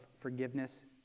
forgiveness